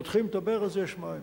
פותחים את הברז ויש מים.